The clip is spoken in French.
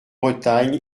bretagne